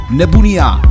nebunia